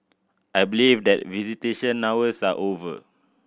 I believe that visitation hours are over